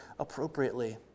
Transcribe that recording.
appropriately